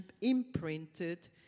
imprinted